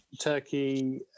turkey